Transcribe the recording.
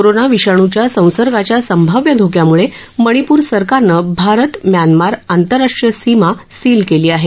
corona विषाणुच्या संसर्गाच्या संभाव्य धोक्यामुळे मणिपूर सरकारनं भारत म्यानमार आंतराष्ट्रीय सीमा सील केली आहे